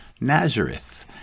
Nazareth